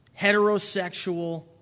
heterosexual